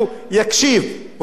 הוא לא יחזיר אותם לחיים,